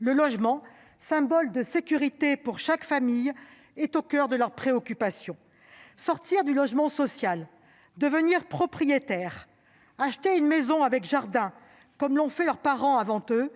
Le logement, symbole de sécurité pour chaque famille, est au coeur de leurs préoccupations. Sortir du logement social, devenir propriétaire, acheter une maison avec jardin comme l'ont fait leurs parents avant eux